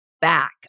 back